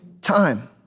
time